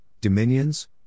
dominions